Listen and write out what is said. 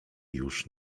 już